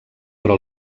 però